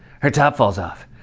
her top falls off.